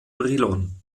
brilon